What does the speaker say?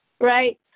right